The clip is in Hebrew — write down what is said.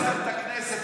שהרסתם את הכנסת,